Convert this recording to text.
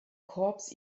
corps